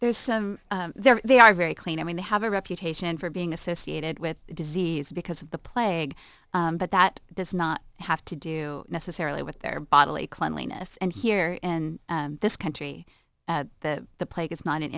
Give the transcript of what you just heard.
there's some there they are very clean i mean they have a reputation for being associated with disease because of the plague but that does not have to do necessarily with their bodily cleanliness and here in this country the the plague is not an